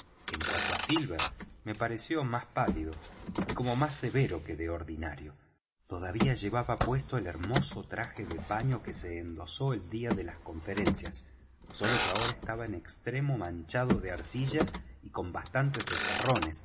en cuanto á silver me pareció más pálido y como más severo que de ordinario todavía llevaba puesto el hermoso traje de paño que se endosó el día de las conferencias sólo que ahora estaba en extremo manchado de arcilla y con bastantes desgarrones